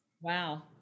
Wow